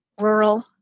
rural